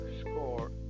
score